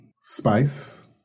spice